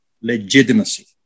legitimacy